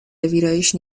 ویرایش